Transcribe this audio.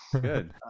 good